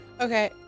okay